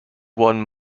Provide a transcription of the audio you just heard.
won